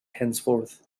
henceforth